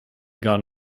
got